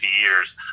years